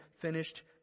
finished